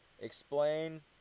explain